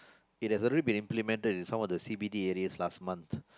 it has already been implemented in some of the C_B_D areas last month